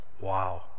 Wow